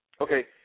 Okay